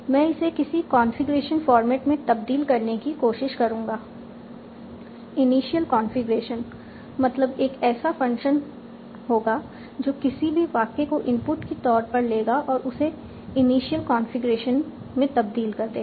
मैं इसे किसी कॉन्फ़िगरेशन फॉर्मेट में तब्दील करने की कोशिश करूंगा इनिशियल कंफीग्रेशन मतलब एक ऐसा फंक्शन होगा जो किसी भी वाक्य को इनपुट की तौर पर लेगा और उसे इनिशियल कॉन्फ़िगरेशन में तब्दील कर देगा